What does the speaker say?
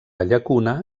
llacuna